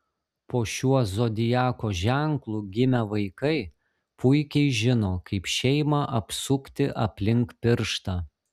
po šiuo zodiako ženklu gimę vaikai puikiai žino kaip šeimą apsukti aplink pirštą